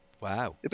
Wow